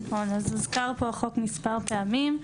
אז הוזכר פה החוק מספר פעמים.